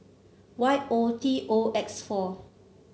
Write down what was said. Y O T O X four